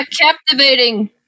captivating